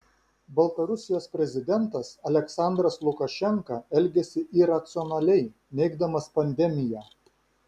baltarusijos prezidentas aliaksandras lukašenka elgiasi iracionaliai neigdamas pandemiją